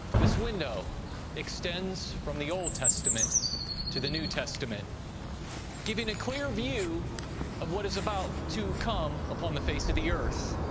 this window extends from the old testament to the new testament giving a clear view of what is about to come upon the face of the earth.